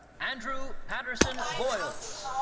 andrew patterson voyles.